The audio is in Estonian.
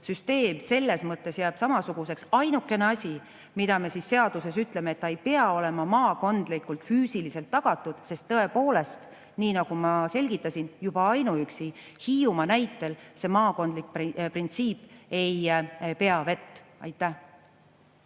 süsteem jääb selles mõttes samasuguseks. Ainukene asi, mida me seaduses ütleme, on see, et [teenus] ei pea olema maakondlikult füüsiliselt tagatud, sest tõepoolest, nii nagu ma selgitasin, juba ainuüksi Hiiumaa näitel see maakondlik printsiip ei pea vett. Aivar